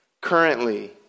currently